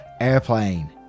airplane